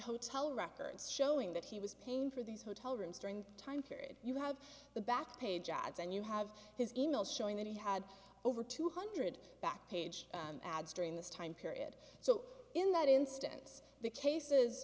hotel records showing that he was paying for these hotel rooms during the time period you have the back page ads and you have his e mail showing that he had over two hundred back page ads during this time period so in that instance the case